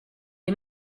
est